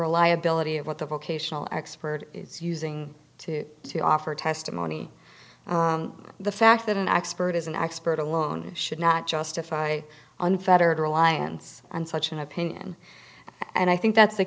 reliability of what the vocational expert is using to to offer testimony the fact that an expert is an expert alone should not justify unfettered reliance on such an opinion and i think that's the